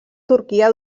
turquia